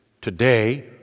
today